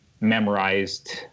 memorized